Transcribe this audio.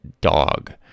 dog